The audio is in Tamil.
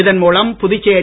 இதன் மூலம் புதுச்சேரி